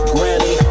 Granny